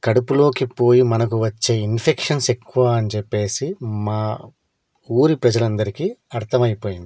కడుపులోకి పోయి మనకు వచ్చే ఇన్ఫెక్షన్స్ ఎక్కువ అని చెప్పి మా ఊరి ప్రజలందరికి అర్థమైపోయింది